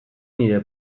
nire